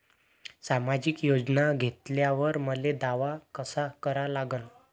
सामाजिक योजना घेतल्यावर मले दावा कसा करा लागन?